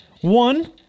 One